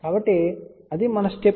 కాబట్టి అది మన స్టెప్